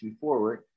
forward